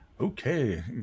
Okay